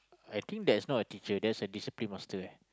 I think there's not a teacher there's a discipline master eh